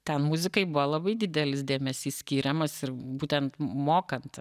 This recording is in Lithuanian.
ten muzikai buvo labai didelis dėmesys skiriamas ir būtent mokant